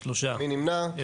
3 נמנעים,